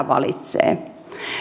valitsee